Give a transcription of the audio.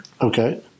Okay